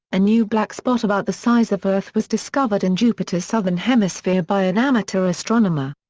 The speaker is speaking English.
a new black spot about the size of earth was discovered in jupiter's southern hemisphere by an amateur astronomer.